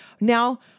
Now